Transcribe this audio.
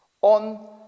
On